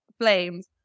flames